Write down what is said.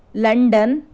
London